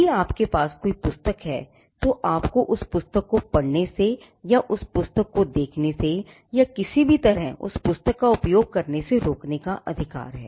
यदि आपके पास कोई पुस्तक है तो आपको उस पुस्तक को पढ़ने से या उस पुस्तक को देखने से या किसी भी तरह से उस पुस्तक का उपयोग करने से रोकने का अधिकार है